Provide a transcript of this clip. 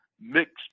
mixed